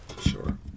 Sure